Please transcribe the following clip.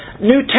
New